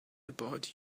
about